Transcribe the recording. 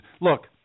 Look